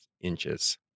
inches